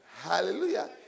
Hallelujah